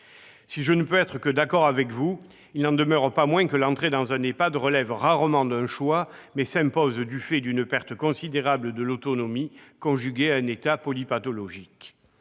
Si je ne peux qu'être d'accord avec vous, il n'en demeure pas moins que l'entrée dans un EHPAD relève rarement d'un choix, mais s'impose en raison d'une perte considérable de l'autonomie conjuguée à un état polypathologique.